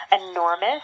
enormous